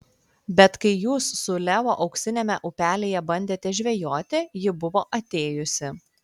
bet kai jūs su leo auksiniame upelyje bandėte žvejoti ji buvo atėjusi